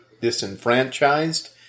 disenfranchised